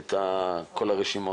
את כל הרשימות?